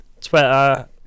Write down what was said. Twitter